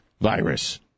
virus